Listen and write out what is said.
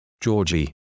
Georgie